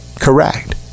correct